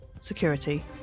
security